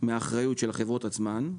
מאחריות של החברות עצמן.